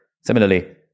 Similarly